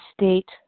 state